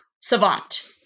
Savant